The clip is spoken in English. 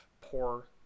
poor